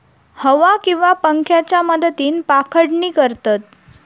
हवा किंवा पंख्याच्या मदतीन पाखडणी करतत